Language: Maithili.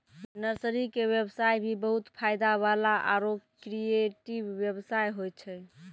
नर्सरी के व्यवसाय भी बहुत फायदा वाला आरो क्रियेटिव व्यवसाय होय छै